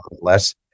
less